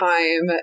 Time